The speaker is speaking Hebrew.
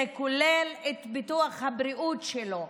זה כולל את ביטוח הבריאות שלו,